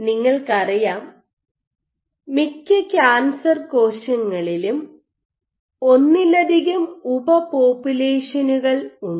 നിങ്ങൾക്കറിയാം മിക്ക കാൻസർ കോശങ്ങളിലും ഒന്നിലധികം ഉപപോപ്പുലേഷനുകൾ ഉണ്ട്